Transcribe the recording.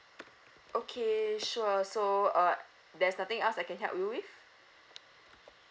okay sure so uh there's nothing else I can help you with